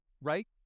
right